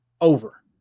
over